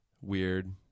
weird